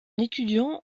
étudiant